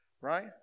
right